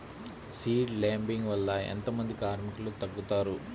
Seed లేంబింగ్ వల్ల ఎంత మంది కార్మికులు తగ్గుతారు?